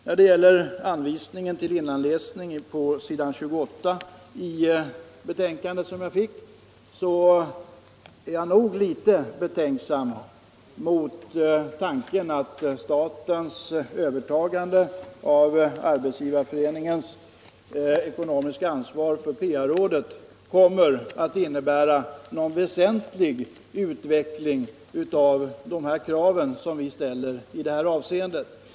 När det gäller den anvisning till innanläsning på s. 28 i betänkandet som jag fick vill jag säga att jag tvivlar på att statens övertagande av Arbetsgivareföreningens ekonomiska ansvar för PA-rådet kommer att innebära någon väsentlig utveckling av de krav som vi ställer på detta område.